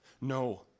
No